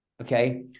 okay